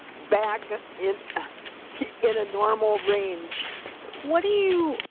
back in in a normal range what do you,